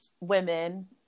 women